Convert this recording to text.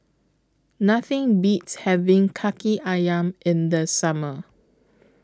Nothing Beats having Kaki Ayam in The Summer